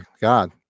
god